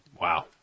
Wow